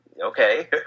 okay